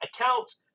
accounts